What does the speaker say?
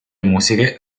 musiche